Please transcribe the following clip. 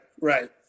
right